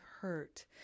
hurt